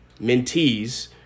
mentees